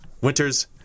Winters